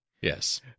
Yes